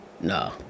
No